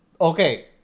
Okay